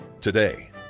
Today